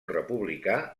republicà